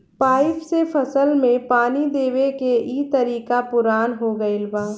pipe से फसल में पानी देवे के इ तरीका पुरान हो गईल बा